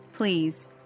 please